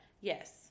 Yes